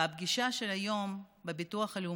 והפגישה היום בביטוח הלאומי,